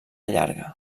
llarga